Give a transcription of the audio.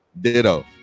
Ditto